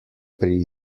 pri